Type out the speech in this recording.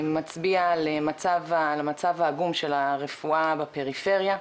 מצביע על מצב העגום של הרפואה בפרפריה,